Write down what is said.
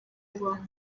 kubaho